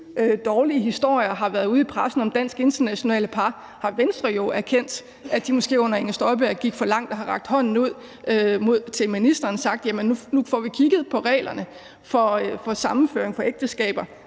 dårlige historier har været ude i pressen om dansk-internationale par, har Venstre jo erkendt, at de under Inger Støjberg måske gik for langt, og har rakt hånden ud til ministeren og sagt, at nu får vi kigget på reglerne for sammenføring i forbindelse